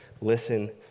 listen